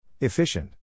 Efficient